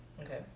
okay